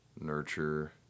nurture